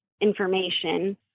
information